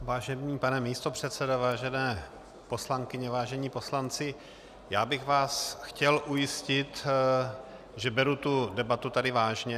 Vážený pane místopředsedo, vážené poslankyně, vážení poslanci, já bych vás chtěl ujistit, že beru tu debatu tady vážně.